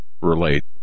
relate